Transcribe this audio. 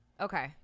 okay